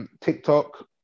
TikTok